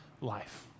life